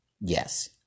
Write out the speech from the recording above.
Yes